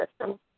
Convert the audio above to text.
system